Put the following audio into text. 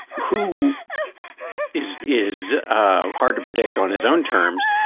who is is hard to predict on his own terms.